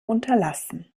unterlassen